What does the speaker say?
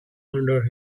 under